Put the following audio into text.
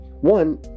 one